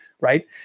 right